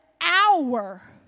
hour